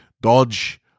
Dodge